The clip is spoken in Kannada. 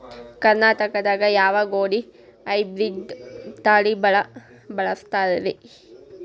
ಕರ್ನಾಟಕದಾಗ ಯಾವ ಗೋಧಿ ಹೈಬ್ರಿಡ್ ತಳಿ ಭಾಳ ಬಳಸ್ತಾರ ರೇ?